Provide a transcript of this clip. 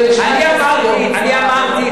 אני אמרתי,